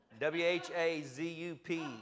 W-H-A-Z-U-P